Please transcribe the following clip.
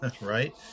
right